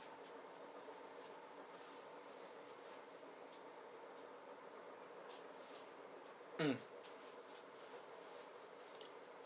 mm